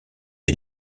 est